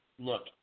look